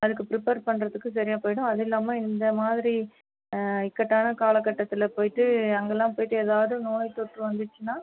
அதுக்கு ப்ரிப்பர் பண்ணுறதுக்கு சரியாக போயிடும் அது இல்லாமல் இந்த மாதிரி இக்கட்டான காலக்கட்டத்தில் போயிட்டு அங்கேலாம் போயிட்டு ஏதாவது நோய் தொற்று வந்துச்சுனா